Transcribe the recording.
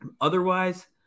otherwise